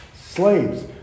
slaves